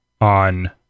on